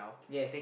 yes